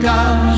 God